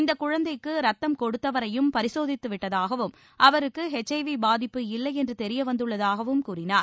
இந்தக் குழந்தைக்கு ரத்தம் கொடுத்தவரையும் பரிசோதித்து விட்டதாகவும் அவருக்கு ஹெச்ஐவி பாதிப்பு இல்லையென்று தெரிய வந்துள்ளதாகவும் கூறினார்